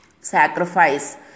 sacrifice